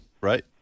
right